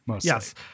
yes